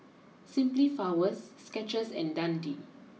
Simply Flowers Skechers and Dundee